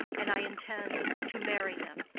and i intend to marry him.